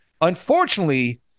Unfortunately